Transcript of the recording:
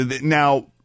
now